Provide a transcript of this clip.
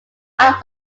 our